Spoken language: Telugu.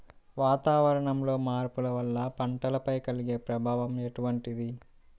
వాతావరణంలో మార్పుల వల్ల పంటలపై కలిగే ప్రభావం ఎటువంటిది?